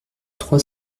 trois